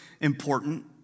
important